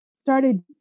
started